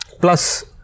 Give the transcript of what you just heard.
Plus